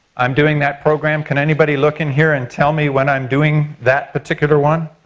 i'm doing that program. can anybody look in here and tell me when i'm doing that particular one?